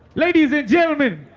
ladies and gentlemen,